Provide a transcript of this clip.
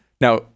Now